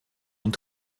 und